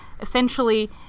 essentially